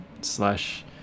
slash